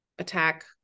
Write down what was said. attack